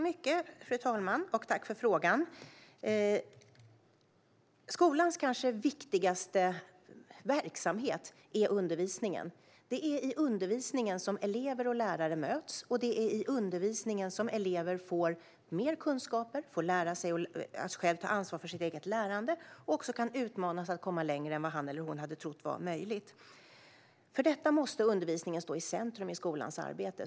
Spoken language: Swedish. Fru talman! Tack för frågan! Skolans kanske viktigaste verksamhet är undervisningen. Det är i undervisningen som elever och lärare möts, och det är i undervisningen som eleven får mer kunskaper, får lära sig att själv ta ansvar för sitt eget lärande och även kan utmanas att komma längre än vad han eller hon hade trott var möjligt. För detta måste undervisningen stå i centrum i skolans arbete.